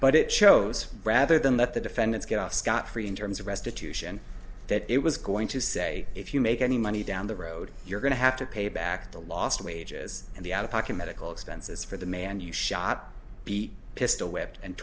but it shows rather than that the defendants get off scot free in terms of restitution that it was going to say if you make any money down the road you're going to have to pay back the lost wages and the out of pocket medical expenses for the man you shot be pistol whipped and